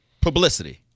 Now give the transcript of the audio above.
publicity